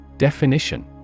Definition